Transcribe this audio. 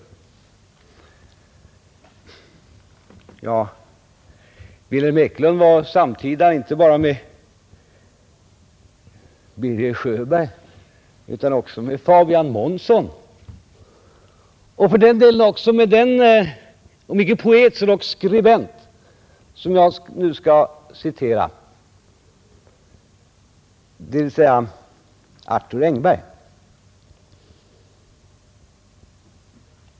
Ja, Vilhelm Ekelund var samtida inte bara med Birger Sjöberg utan också med Fabian Månsson och för den delen också med den om icke poet så dock skribent som jag nu skall citera, nämligen Arthur Engberg.